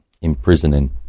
imprisoning